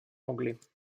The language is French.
anglais